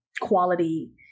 quality